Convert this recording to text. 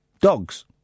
Dogs